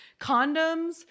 condoms